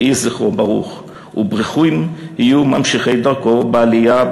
יהי זכרו ברוך וברוכים יהיו ממשיכי דרכו בעלייה,